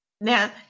Now